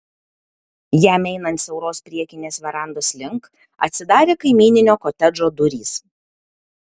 jam einant siauros priekinės verandos link atsidarė kaimyninio kotedžo durys